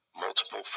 multiple